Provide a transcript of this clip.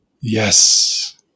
Yes